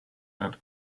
add